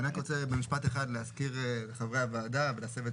אני רק רוצה במשפט אחד להזכיר לחברי הוועדה ולהסב את